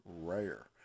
rare